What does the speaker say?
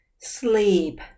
sleep